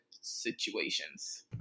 situations